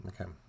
okay